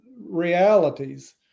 realities